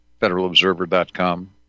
FederalObserver.com